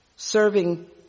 Serving